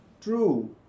True